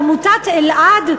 לעמותת אלע"ד,